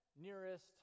nearest